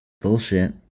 Bullshit